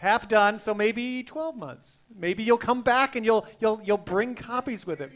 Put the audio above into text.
half done so maybe twelve months maybe you'll come back and you'll you'll you'll bring copies with